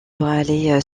aller